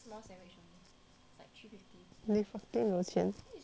they fucking 有钱